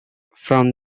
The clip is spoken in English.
from